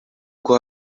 uko